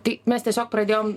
tai mes tiesiog pradėjom